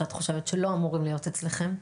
שאת חושבת שלא אמורים להיות אצלכם?